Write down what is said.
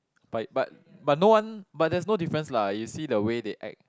by but but no one but there's no difference lah you see the way they act